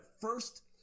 first